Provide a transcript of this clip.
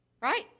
Right